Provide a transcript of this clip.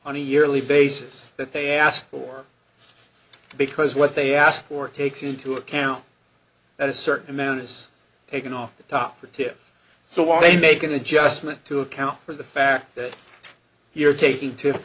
on a yearly basis that they ask for because what they ask for takes into account that a certain amount is taken off the top or tip so while they make an adjustment to account for the fact that you're taking